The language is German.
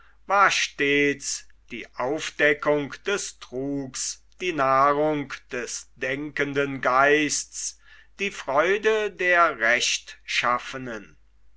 war stets die aufdeckung des trugs die nahrung des denkenden geistes die freude der rechtschaffenen